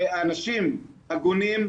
ואנשים הגונים,